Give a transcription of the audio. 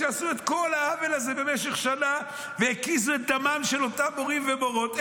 שעשו את כל העוול הזה במשך שנה והקיזו את דמם של אותם מורים ומורות,